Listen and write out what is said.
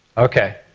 ok,